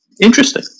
interesting